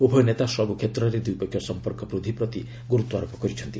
ଉଭୟ ନେତା ସବୁକ୍ଷେତ୍ରରେ ଦ୍ୱିପକ୍ଷୀୟ ସମ୍ପର୍କ ବୃଦ୍ଧି ପ୍ରତି ଗୁରୁତ୍ୱ ଆରୋପ କରିଛନ୍ତି